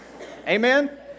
Amen